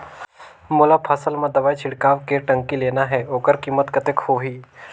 मोला फसल मां दवाई छिड़काव के टंकी लेना हे ओकर कीमत कतेक होही?